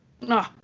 no